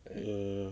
err